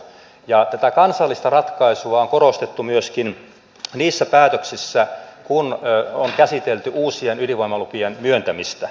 ja tätä kansallista ratkaisua on korostettu myöskin niissä päätöksissä kun on käsitelty uusien ydinvoimalupien myöntämistä